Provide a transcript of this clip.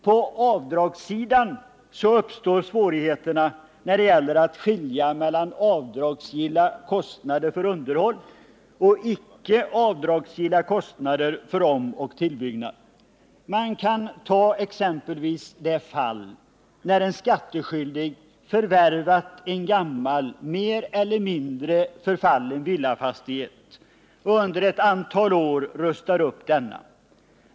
På avdragssidan uppstår svårigheterna när det gäller att skilja mellan avdragsgilla kostnader för underhåll och icke avdragsgilla kostnader för omoch tillbyggnad. Man kan ta exempelvis det fall när en skattskyldig förvärvat en gammal, mer eller mindre förfallen villafastighet och under ett antal år rustar upp denna.